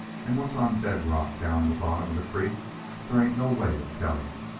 and what's on bed-rock down in the bottom of the creek they ain't no way of tellin'.